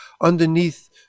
underneath